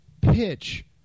pitch